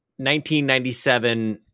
1997